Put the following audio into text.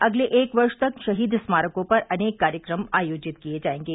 अगले एक वर्ष तक शहीद स्मारकों पर अनेक कार्यक्रम आयोजित किए जायेंगे